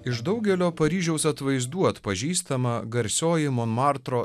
iš daugelio paryžiaus atvaizdų atpažįstama garsioji monmartro